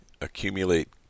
accumulate